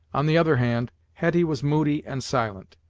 on the other hand, hetty was moody and silent.